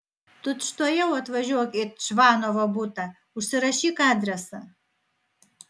tučtuojau atvažiuok į čvanovo butą užsirašyk adresą